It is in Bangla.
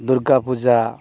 দুর্গা পূজা